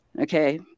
Okay